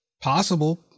possible